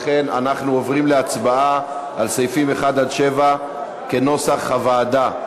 לכן אנחנו עוברים להצבעה על סעיפים 1 7 כנוסח הוועדה.